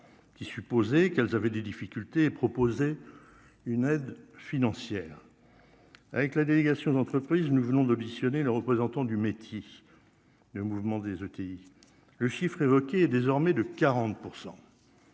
qui supposer qu'elles avaient des difficultés et proposer une aide financière avec la délégation d'entreprise, nous voulons d'auditionner le représentant du métier, le mouvement des ETI le chiffre évoqué désormais de 40